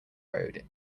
road